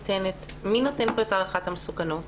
מי נותן פה את הערכת המסוכנות?